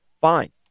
fine